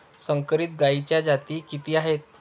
संकरित गायीच्या जाती किती आहेत?